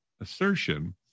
assertion